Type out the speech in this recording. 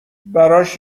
براش